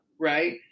right